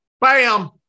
Bam